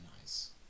nice